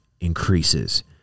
increases